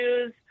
issues